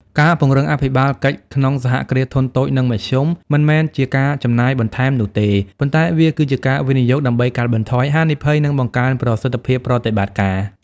ការពង្រឹងអភិបាលកិច្ចក្នុង សហគ្រាសធុនតូច និងមធ្យម មិនមែនជាការចំណាយបន្ថែមនោះទេ ប៉ុន្តែវាគឺជាការវិនិយោគដើម្បីកាត់បន្ថយហានិភ័យ និងបង្កើនប្រសិទ្ធភាពប្រតិបត្តិការ។